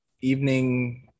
evening